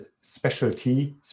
specialty